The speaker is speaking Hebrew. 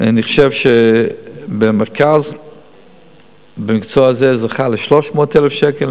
אני חושב שבמרכז המקצוע הזה זכה ל-300,000 שקל,